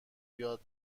یاد